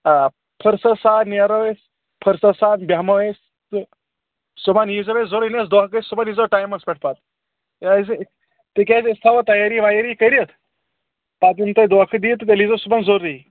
آ فٔرسَت سان نیرو أسۍ فٔرسَت سان بیٚہمو أسۍ تہٕ صُبحن ییی زیو اَسہِ ضروٗری یہِ نا حظ دونکہٕ گژھِ صُبحن ییی زیو ٹایمَس پٮ۪ٹھ کیٛازِ تِکیٛازِ أسۍ تھاوَو تَیٲری وَیٲری کٔرِتھ پَتہٕ یِنہٕ تُہۍ دونکھہٕ دِیِو تیٚلہِ ییی زیو صُبحن ضروٗری